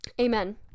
Amen